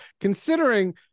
Considering